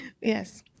yes